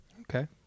Okay